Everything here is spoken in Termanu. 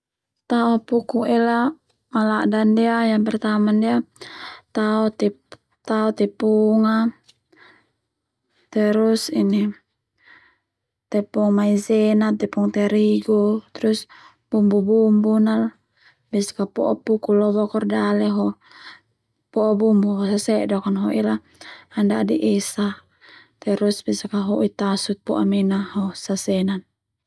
Tao puku ela malada ndia yang pertama ndia tao tepung a terus ini tepung maizena tepung terigu terus bumbu bumbun al besaka po'a puku lo bokor dale ho po'a bumbu ho sasedok an ela ana dadi esa terus besak ka hoi tasu po'a mina ho sasenan.